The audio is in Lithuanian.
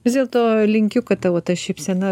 vis dėlto linkiu kad tavo ta šypsena